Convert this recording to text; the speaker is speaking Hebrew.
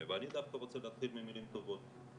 ואני דווקא רוצה להתחיל ממילים טובות.